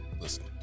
Listen